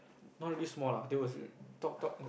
not really small lah they would